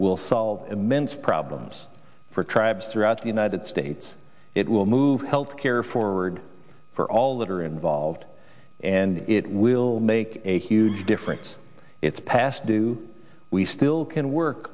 will solve immense problems for tribes throughout the united states it will move health care forward for all that are involved and it will make a huge difference it's past due we still can work